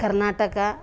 Karnataka